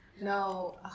No